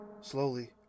Slowly